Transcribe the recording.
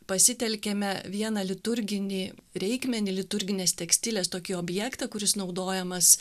pasitelkėme vieną liturginį reikmenį liturginės tekstilės tokį objektą kuris naudojamas